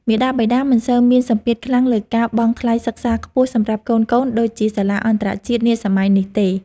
មាតាបិតាមិនសូវមានសម្ពាធខ្លាំងលើការបង់ថ្លៃសិក្សាខ្ពស់សម្រាប់កូនៗដូចជាសាលាអន្តរជាតិនាសម័យនេះទេ។